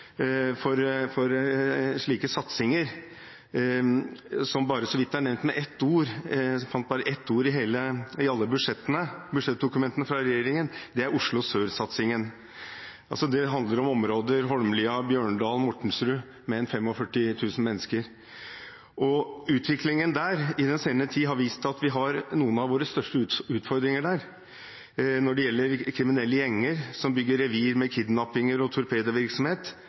område for slike satsinger – som bare så vidt er nevnt, jeg fant bare ett ord i alle budsjettdokumentene fra regjeringen – er Oslo Sør. Det handler om områdene Holmlia, Bjørndal og Mortensrud, med ca. 45 000 mennesker. Utviklingen i den senere tid har vist at vi har noen av våre største utfordringer der når det gjelder kriminelle gjenger – som bygger revir, og som med kidnappinger og